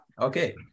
okay